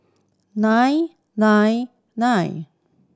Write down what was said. nine nine nine